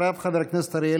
חבר הכנסת יזהר שי.